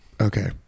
Okay